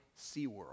SeaWorld